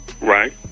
Right